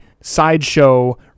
sideshow